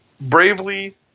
Bravely